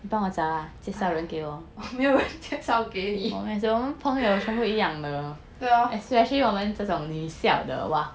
我没有人介绍给你 对 lor